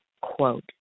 quote